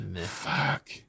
Fuck